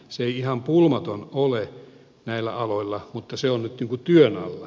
se ei ihan pulmaton ole näillä aloilla mutta se on nyt työn alla